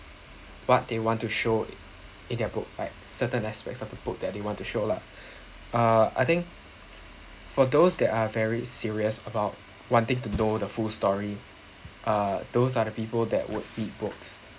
what they want to show in in their book like certain aspects of the book that you want to show lah uh I think for those that are very serious about wanting to know the full story uh those are the people that would read books